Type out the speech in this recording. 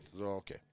Okay